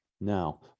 Now